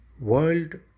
World